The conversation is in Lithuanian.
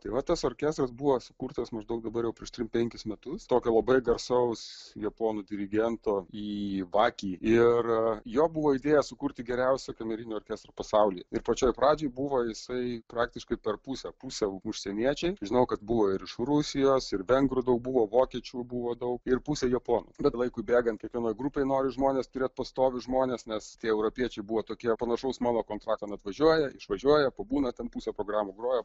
tai va tas orkestras buvo sukurtas maždaug dabar jau prieš trisdešimt penkis metus tokio labai garsaus japonų dirigento ivaki ir jo buvo idėja sukurti geriausią kamerinį orkestrą pasauly ir pačioj pradžioj buvo jisai praktiškai per pusę pusę užsieniečiai žinau kad buvo ir iš rusijos ir vengrų daug buvo vokiečių buvo daug ir pusė japonų bet laikui bėgant kiekvienoj grupėj nori žmonės turėt pastovius žmones nes tie europiečiai buvo tokie panašaus mano kontrakto atvažiuoja išvažiuoja pabūna ten pusę programų groja